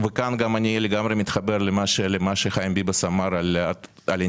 ואני מסכים עם מה שחיים ביבס אמר על כך